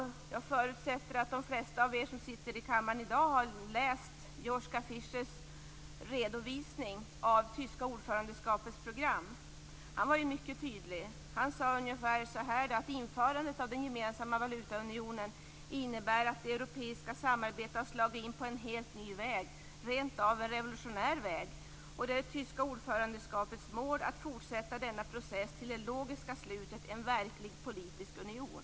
Jag förutsätter att de flesta av er som sitter i kammaren i dag har läst Joschka Fischers redovisning av tyska ordförandeskapets program. Han var mycket tydlig, och han säger att införandet av den gemensamma valutaunionen innebär att det europeiska samarbetet har slagit in på en helt ny väg, rent av en revolutionär väg. Det tyska ordförandeskapets mål är att fortsätta denna process till det logiska slutet, nämligen en verklig politisk union.